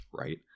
right